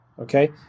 Okay